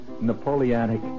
Napoleonic